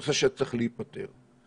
נושא שצריך להיפתר.